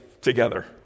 together